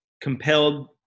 compelled